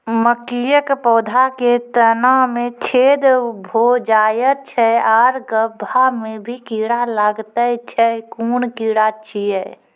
मकयक पौधा के तना मे छेद भो जायत छै आर गभ्भा मे भी कीड़ा लागतै छै कून कीड़ा छियै?